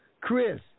Chris